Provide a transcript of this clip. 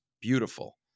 beautiful